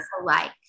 alike